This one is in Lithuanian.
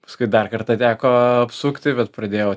paskui dar kartą teko apsukti bet pradėjau